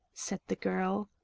said the girl.